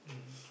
mm